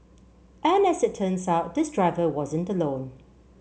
and as it turns out this driver wasn't alone